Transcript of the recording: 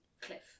cliff